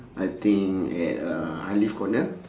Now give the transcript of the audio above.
I think at uh alif corner